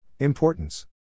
Importance